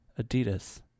Adidas